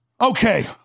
Okay